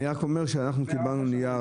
אני רק אומר שאנחנו קיבלנו נייר,